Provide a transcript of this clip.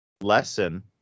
lesson